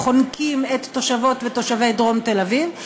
חונקים את תושבות ותושבי דרום תל-אביב,